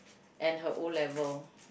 and her O-level